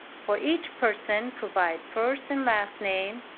for each person, provide first and last names,